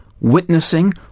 witnessing